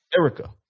Erica